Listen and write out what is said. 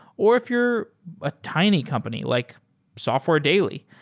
or if you're a tiny company like software daily.